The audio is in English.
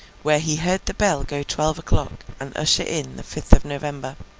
where he heard the bell go twelve o'clock and usher in the fifth of november.